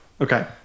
okay